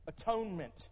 atonement